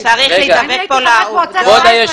אני הייתי חברת מועצה 17 שנה.